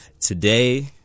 Today